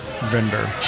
vendor